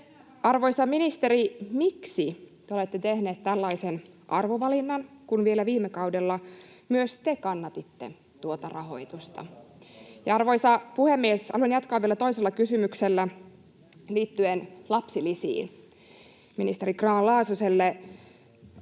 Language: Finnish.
Arvoisa ministeri, miksi te olette tehnyt tällaisen arvovalinnan, kun vielä viime kaudella myös te kannatitte tuota rahoitusta? Arvoisa puhemies! Haluan jatkaa vielä toisella kysymyksellä liittyen lapsilisiin. Ministeri Grahn-Laasoselle: